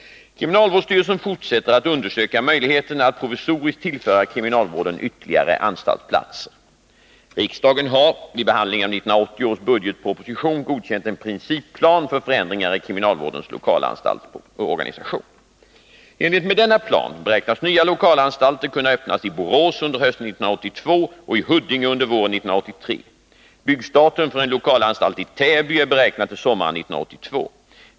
Kriminalvårdsstyrelsen fortsätter att undersöka möjligheterna att provisoriskt tillföra kriminalvården ytterligare anstaltsplatser. I enlighet med denna plan beräknas nya lokalanstalter kunna öppnas i Borås under hösten 1982 och i Huddinge under våren 1983. Byggstarten för en lokalanstalt i Täby är beräknad till sommaren 1982.